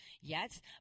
Yes